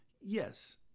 Yes